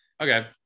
Okay